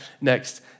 next